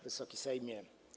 Wysoki Sejmie!